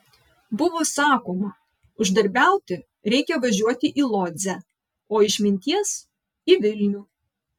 buvo sakoma uždarbiauti reikia važiuoti į lodzę o išminties į vilnių